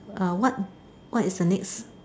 ah what what is the next